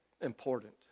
important